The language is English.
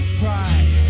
pride